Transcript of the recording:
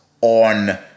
on